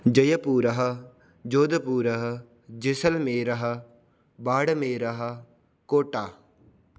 जयपुरः जोधपुरः जेसल्मेरः बाडमेरः कोटा